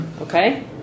Okay